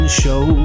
show